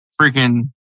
freaking